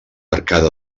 arcada